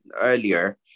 earlier